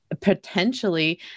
potentially